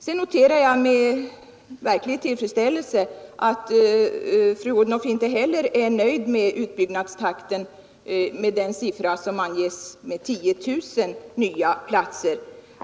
Sedan noterar jag med verklig tillfredsställelse att fru Odhnoff inte heller är nöjd med utbyggnadstakten 10 000 nya platser.